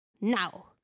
Now